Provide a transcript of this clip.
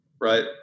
right